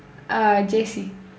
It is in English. uh J_C